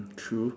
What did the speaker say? mm true